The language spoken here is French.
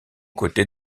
côtés